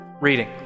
reading